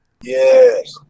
Yes